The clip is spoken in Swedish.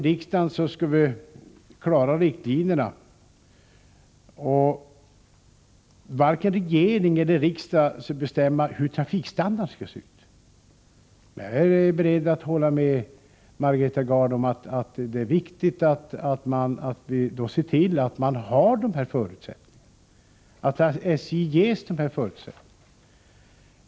Riksdagen skulle lägga fast riktlinjerna och varken regering eller riksdag skulle bestämma hur trafikstandarden skulle se ut. Jag är beredd att hålla med Margareta Gard om att det är viktigt att vi ser till att SJ har de rätta förutsättningarna.